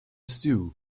stew